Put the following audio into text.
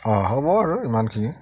অঁ হ'ব আৰু ইমানখিনি